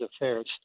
affairs